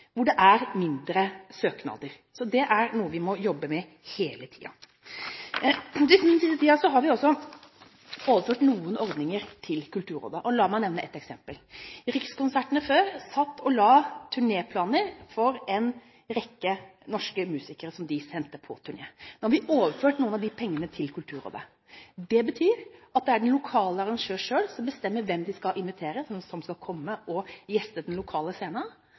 hvor det er færre søknader. Så det er noe vi må jobbe med hele tiden. Den siste tiden har vi også overført noen ordninger til Kulturrådet, og la meg nevne ett eksempel: Før satt Rikskonsertene og la turnéplaner for en rekke norske musikere. Nå har vi overført noen av de pengene til Kulturrådet. Det betyr at det er den lokale arrangør selv som bestemmer hvem de skal invitere til å gjeste den lokale scenen. I tillegg er det musikerne selv som